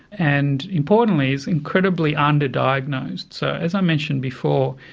and importantly it's incredibly under-diagnosed. so as i mentioned before,